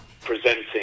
presenting